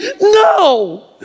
no